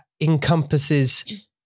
encompasses